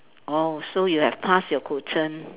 oh so you have passed your Guzheng